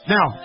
Now